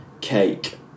Cake